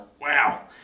wow